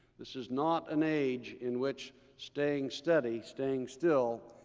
this is not an age in which staying steady, staying still,